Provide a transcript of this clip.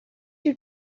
you